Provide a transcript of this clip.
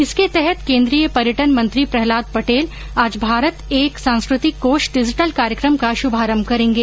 इसके तहत केन्द्रीय पर्यटन मंत्री प्रहलाद पटेल आज भारत एक सांस्कृतिक कोष डिजिटल कार्यक्रम का शुभारंभ करेंगे